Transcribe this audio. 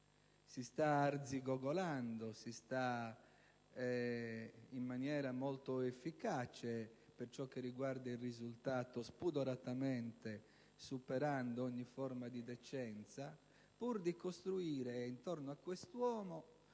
Si sta arzigogolando in maniera molto efficace per ciò che riguarda il risultato, spudoratamente, superando ogni forma di decenza, pur di costruire intorno a quest'uomo